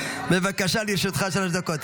בבקשה, לרשותך שלוש דקות.